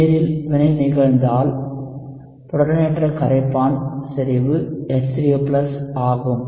நீரில் வினை நிகழ்ந்தால் புரோட்டானேற்ற கரைப்பான் செறிவு H3O ஆகும்